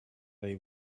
they